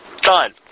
Done